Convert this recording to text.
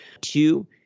Two